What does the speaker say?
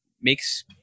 makes